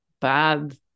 bad